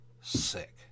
sick